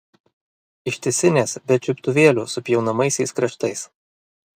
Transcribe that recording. ištisinės be čiuptuvėlių su pjaunamaisiais kraštais